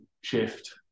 shift